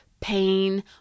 pain